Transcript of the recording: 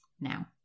now